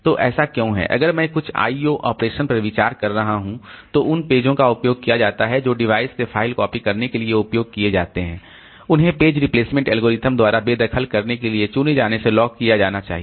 तो ऐसा क्यों है अगर मैं कुछ I O ऑपरेशन पर विचार कर रहा हूं तो उन पेजों का उपयोग किया जाता है जो डिवाइस से फाइल कॉपी करने के लिए उपयोग किए जाते हैं उन्हें पेज रिप्लेसमेंट एल्गोरिदम द्वारा बेदखल करने के लिए चुने जाने से लॉक किया जाना चाहिए